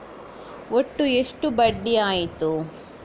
ಒಟ್ಟು ಎಷ್ಟು ಬಡ್ಡಿ ಆಯಿತು?